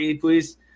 please